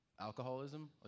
Alcoholism